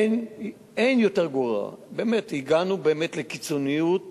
אין יותר גרוע, הגענו באמת לקיצוניות